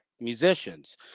musicians